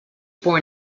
born